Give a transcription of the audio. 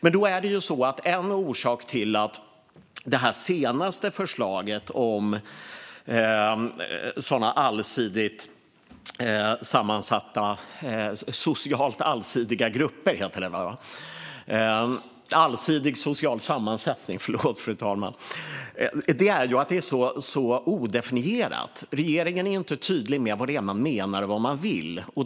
En orsak till min förvåning är att det senaste förslaget om allsidig social sammansättning är så odefinierat. Regeringen är inte tydlig med vad man menar eller vill.